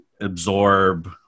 absorb